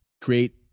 create